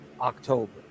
October